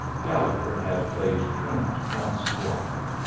gallegher had played truant once too often.